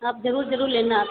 आप ज़रूर ज़रूर लेना आप